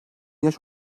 yaş